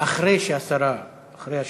אחרי השרה,